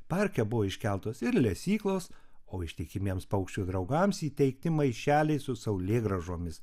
parke buvo iškeltas ir lesyklos o ištikimiems paukščių draugams įteikti maišeliai su saulėgrąžomis